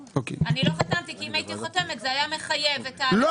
אני לא חתמתי כי אם הייתי חותמת זה היה מחייב --- לא,